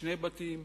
שני בתים,